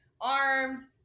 arms